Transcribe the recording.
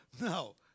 no